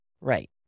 Right